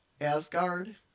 Asgard